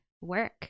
work